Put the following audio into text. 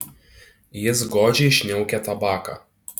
jis godžiai šniaukia tabaką